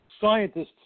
Scientists